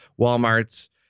Walmart's